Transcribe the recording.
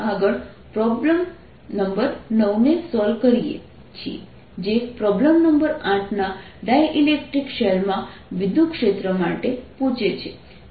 આગળ આપણે પ્રોબ્લેમ 9 ને સોલ્વ કરીએ છીએ જે પ્રોબ્લેમ 8 ના ડાઇલેક્ટ્રિક શેલમાં વિદ્યુતક્ષેત્ર માટે પૂછે છે